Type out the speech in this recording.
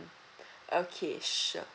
okay sure